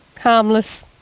harmless